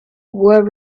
were